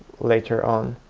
later on.